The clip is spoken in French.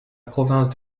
province